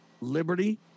Liberty